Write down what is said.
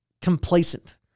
complacent